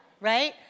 right